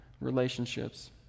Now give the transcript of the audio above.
relationships